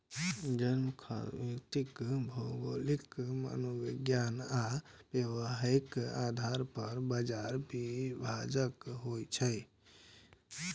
जनखांख्यिकी भौगोलिक, मनोवैज्ञानिक आ व्यावहारिक आधार पर बाजार विभाजन होइ छै